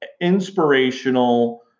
inspirational